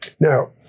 Now